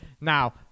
Now